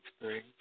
three